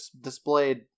displayed